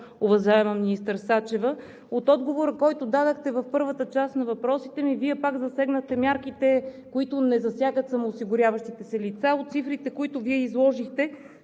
уважаема министър Сачева? От отговора, който дадохте в първата част на въпросите ми, Вие пак засегнахте мерките, които не засягат самоосигуряващите се лица. От цифрите, които Вие изложихте,